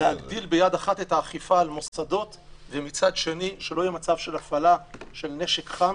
נשארים בבית ולא מפעילים עסקים.